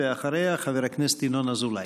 אחריה, חבר הכנסת ינון אזולאי.